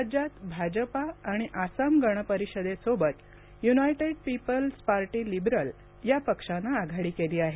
राज्यात भाजपा आणि आसाम गण परिषदेसोबत य्नायटेड पीपल्स पार्टी लिबरल या पक्षानं आघाडी केली आहे